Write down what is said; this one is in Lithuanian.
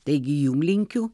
taigi jum linkiu